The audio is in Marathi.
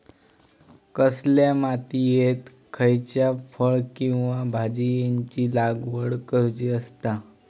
कसल्या मातीयेत खयच्या फळ किंवा भाजीयेंची लागवड करुची असता?